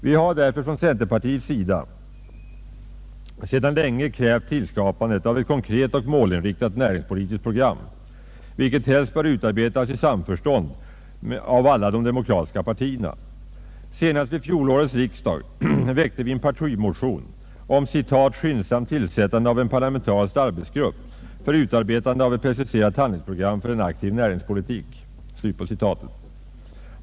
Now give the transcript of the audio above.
Vi har därför från centerpartiets sida sedan länge krävt tillskapandet av ett konkret och målinriktat näringspolitiskt program, vilket helst bör utformas i samförstånd mellan alla de demokratiska partierna. Senast vid fjolårets riksdag väckte vi i en partimotion om ”skyndsamt tillsättande av en parlamentarisk arbetsgrupp för utarbetande av ett preciserat handlingsprogram för cen aktiv näringspolitik”.